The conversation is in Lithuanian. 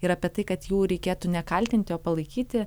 ir apie tai kad jų reikėtų nekaltinti o palaikyti